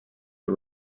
the